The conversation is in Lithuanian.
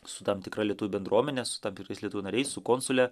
su tam tikra lietuvių bendruomene su tam tikrais lietuvių nariais su konsule